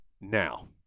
Now